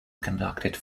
conducted